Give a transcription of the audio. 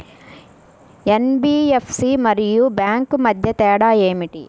NBFC మరియు bank మధ్య తేడా ఏమిటి?